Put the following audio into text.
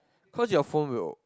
cause your phone will